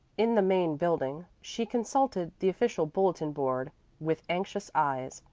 in the main building she consulted the official bulletin-board with anxious eyes,